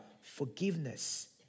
forgiveness